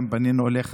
גם פנינו אליך,